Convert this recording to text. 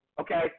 okay